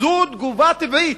זאת תגובה טבעית,